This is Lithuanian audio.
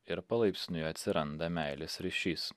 ir palaipsniui atsiranda meilės ryšys